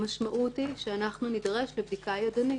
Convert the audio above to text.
המשמעות היא שאנחנו נידרש לבדיקה ידנית.